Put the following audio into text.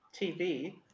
TV